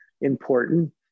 important